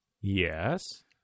Yes